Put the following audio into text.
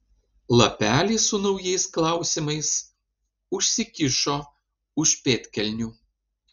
lapelį su naujais klausimais užsikišo už pėdkelnių